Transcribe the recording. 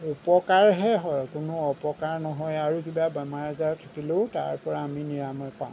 উপকাৰহে হয় কোনো অপকাৰ নহয় আৰু কিবা বেমাৰ আজাৰ হ'লেও আমি তাৰ পৰা আমি নিৰাময় পাওঁ